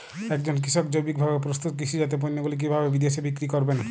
একজন কৃষক জৈবিকভাবে প্রস্তুত কৃষিজাত পণ্যগুলি কিভাবে বিদেশে বিক্রি করবেন?